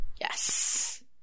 Yes